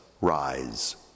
Rise